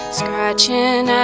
scratching